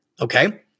okay